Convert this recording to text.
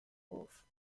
hof